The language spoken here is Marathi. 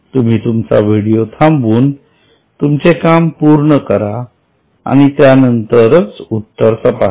तुम्ही तुमचा व्हिडिओ थांबवून तुमचे काम पूर्ण करा आणि त्यानंतरच उत्तर तपासा